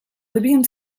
devien